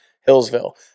Hillsville